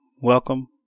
welcome